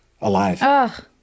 Alive